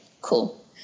cool